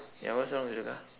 ya what's wrong with the car